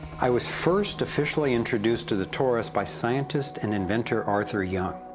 i was first officially introduced to the torus by scientist and inventor arthur young.